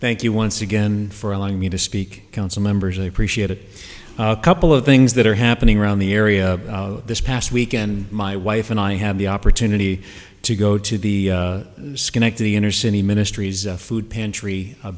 thank you once again for allowing me to speak council members i appreciate a couple of things that are happening around the area this past weekend my wife and i have the opportunity to go to the schenectady inner city ministries of food pantry a